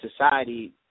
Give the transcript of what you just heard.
society